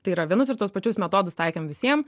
tai yra vienus ir tuos pačius metodus taikėm visiem